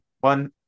one